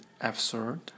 absurd